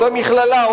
אותה מכללה,